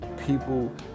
people